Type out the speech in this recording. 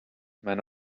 man